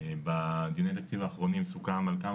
בדיוני תקציב האחרונים סוכם על כמה